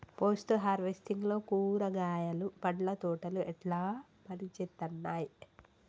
Post harvesting లో కూరగాయలు పండ్ల తోటలు ఎట్లా పనిచేత్తనయ్?